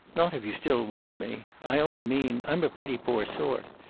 not if you still want me. i only mean i'm a pretty poor sort.